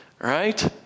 right